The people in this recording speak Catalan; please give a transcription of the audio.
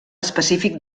específic